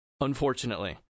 Unfortunately